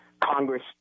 Congress